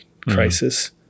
crisis